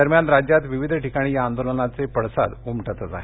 दरम्यान राज्यात विविध ठिकाणी या आंदोलनाचे पडसाद उमटतच आहेत